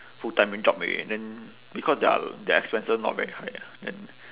full time job already then because their their expenses not very high ah then